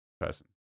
person